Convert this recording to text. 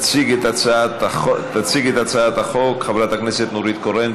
התשע"ח 2018. תציג את הצעת החוק חברת הכנסת נורית קורן.